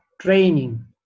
training